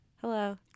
Hello